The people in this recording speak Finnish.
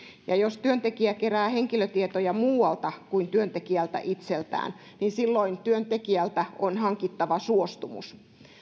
ja jos työnantaja kerää henkilötietoja muualta kuin työntekijältä itseltään niin silloin työntekijältä on hankittava suostumus